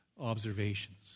observations